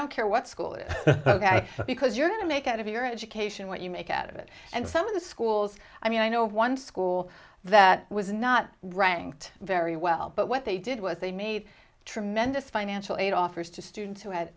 don't care what school is ok because you're going to make out of your education what you make out of it and some of the schools i mean i know one school that was not ranked very well but what they did was they made tremendous financial aid offers to students who ha